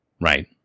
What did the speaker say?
right